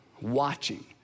watching